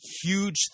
huge